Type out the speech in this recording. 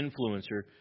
influencer